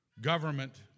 government